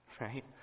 right